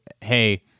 hey